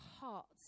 hearts